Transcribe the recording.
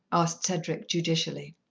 asked cedric judicially.